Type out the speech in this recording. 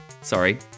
sorry